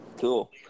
Cool